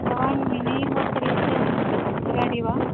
भवान् मिनि होटेलस्य अधिकारी वा